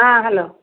ହଁ ହେଲୋ